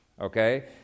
Okay